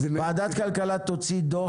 ועדת כלכלה תוציא דוח